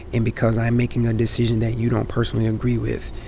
and because i'm making a decision that you don't personally agree with,